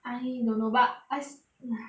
I don't know but I st~